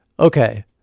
Okay